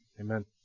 amen